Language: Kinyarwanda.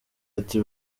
ati